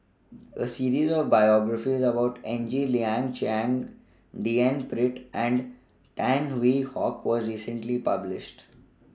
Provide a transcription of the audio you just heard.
A series of biographies about Ng Liang Chiang D N Pritt and Tan Hwee Hock was recently published